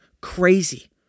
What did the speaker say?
crazy